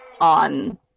on